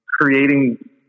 creating